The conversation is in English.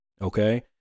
okay